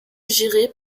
géré